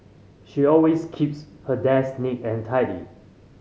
she always keeps her desk neat and tidy